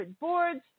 boards